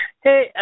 hey